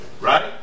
right